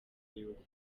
y’ibihugu